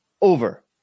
over